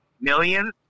millions